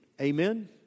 Amen